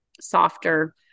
softer